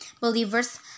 believers